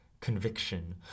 conviction